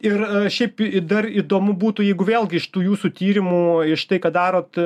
ir šiaip dar įdomu būtų jeigu vėlgi iš tų jūsų tyrimų štai ką darot